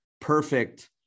perfect